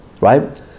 right